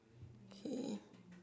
okay